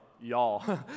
y'all